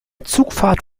zugfahrt